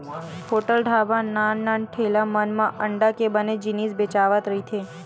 hotel, dhaba, नान नान ठेला मन म अंडा के बने जिनिस बेचावत रहिथे